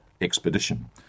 expedition